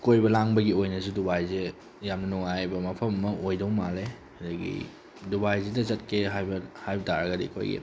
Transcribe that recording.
ꯀꯣꯏꯕ ꯂꯥꯡꯕꯒꯤ ꯑꯣꯏꯅꯁꯨ ꯗꯨꯕꯥꯏꯁꯦ ꯌꯥꯝꯅ ꯅꯨꯡꯉꯥꯏꯕ ꯃꯐꯝ ꯑꯃ ꯑꯣꯏꯗꯧ ꯃꯥꯜꯂꯦ ꯑꯗꯒꯤ ꯗꯨꯕꯥꯏꯁꯤꯗ ꯆꯠꯀꯦ ꯍꯥꯏꯕ ꯍꯥꯏꯕ ꯇꯥꯔꯒꯗꯤ ꯑꯩꯈꯣꯏꯒꯤ